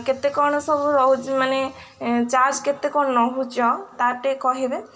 କେତେ କ'ଣ ସବୁ ରହୁଛି ମାନେ ଚାର୍ଜ କେତେ କ'ଣ ନେଉଛ ତା ଟିକେ କହିବେ